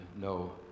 no